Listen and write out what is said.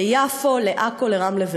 ליפו, לעכו, לרמלה ולוד.